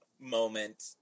moment